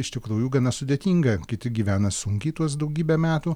iš tikrųjų gana sudėtinga kiti gyvena sunkiai tuos daugybę metų